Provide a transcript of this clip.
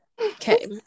Okay